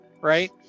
Right